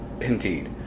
indeed